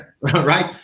right